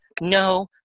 No